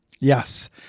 Yes